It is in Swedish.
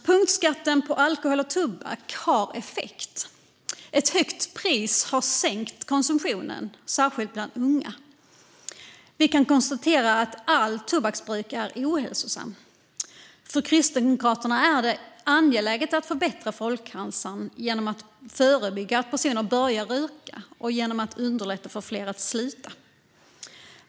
Punktskatten på alkohol och tobak har effekt. Ett högt pris har sänkt konsumtionen, särskilt bland unga. Vi kan konstatera att allt tobaksbruk är ohälsosamt. För Kristdemokraterna är det angeläget att förbättra folkhälsan genom att förebygga att personer börjar röka och genom att underlätta för fler att sluta.